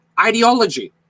ideology